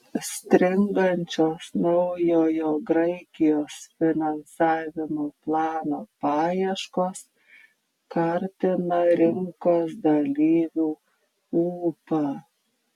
stringančios naujojo graikijos finansavimo plano paieškos kartina rinkos dalyvių ūpą